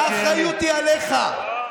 האחריות היא עליך.